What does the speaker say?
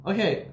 Okay